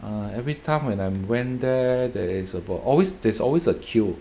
uh everytime when I'm went there there is about always there's always a queue